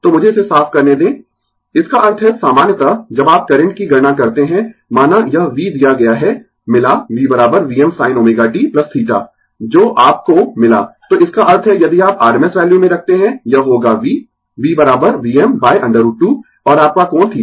तो मुझे इसे साफ करने दें इसका अर्थ है सामान्यतः जब आप करंट की गणना करते है माना यह v दिया गया है मिला v Vm sinω t θ जो आपको मिला तो इसका अर्थ है यदि आप rms वैल्यू में रखते है यह होगा v v Vm √ 2 और आपका कोण θ